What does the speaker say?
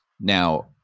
Now